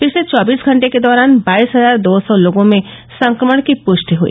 पिछले चौबीस घंटे के दौरान बाईस हजार दो सौ लोगों में संक्रमण की पृष्टि हई